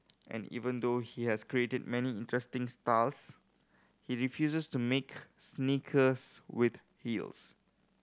and even though he has created many interesting stars he refuses to make sneakers with heels